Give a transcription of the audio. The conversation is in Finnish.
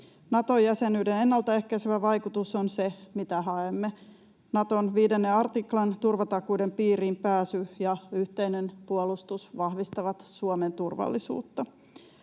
Nato-jäsenyyden ennaltaehkäisevä vaikutus on se, mitä haemme. Naton 5 artiklan turvatakuiden piiriin pääsy ja yhteinen puolustus vahvistavat Suomen turvallisuutta.